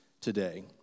today